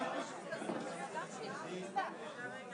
הרבה